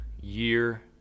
year